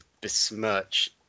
besmirch